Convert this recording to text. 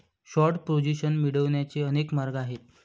short position मिळवण्याचे अनेक मार्ग आहेत